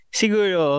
siguro